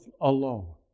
alone